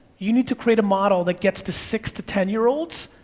you need to create a model that gets to six to ten year olds,